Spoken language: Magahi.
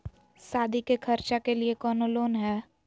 सादी के खर्चा के लिए कौनो लोन है?